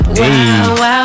wow